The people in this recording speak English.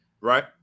Right